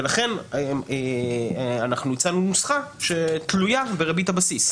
ולכן הצענו נוסחה שתלויה בריבית הבסיס.